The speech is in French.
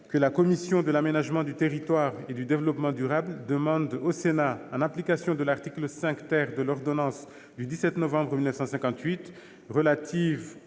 que la commission de l'aménagement du territoire et du développement durable demande au Sénat, en application de l'article 5 de l'ordonnance n° 58-1100 du 17 novembre 1958 relative